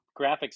graphics